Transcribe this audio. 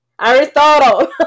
Aristotle